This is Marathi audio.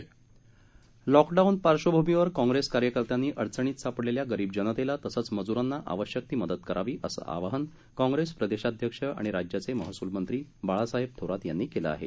काँग्रस्तपत्रक सनील लॉकडाऊन पार्श्वभूमीवर काँग्रेस कार्यकर्त्यांनी अडचणीत सापडलेल्या गरीब जनतेला तसंच मजुरांना आवश्यक ती मदत करावी असं आवाहन काँग्रेस प्रदेशाध्यक्ष आणि राज्याचे महसूल मंत्री बाळासाहेब थोरात यांनी केलं आहे